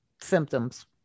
symptoms